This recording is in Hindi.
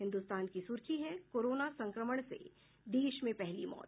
हिन्दुस्तान की सुर्खी है कोरोना संक्रमण से देश में पहली मौत